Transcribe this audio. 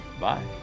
Bye